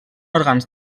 òrgans